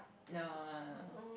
no